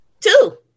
Two